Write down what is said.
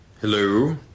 Hello